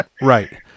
Right